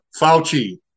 Fauci